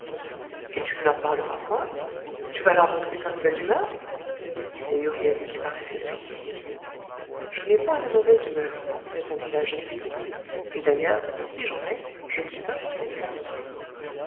et tu ne leur parleras point tu vas leur montrer ta mauvaise humeur disait huriel qui paraissait surpris je n'ai point de mauvaise humeur répondit la jeune fille et d'ailleurs si j'en ai je ne suis pas forcée de la montrer